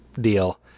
deal